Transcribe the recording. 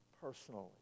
personally